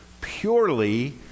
purely